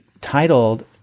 titled